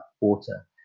water